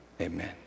Amen